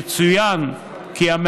יצוין כי כיום,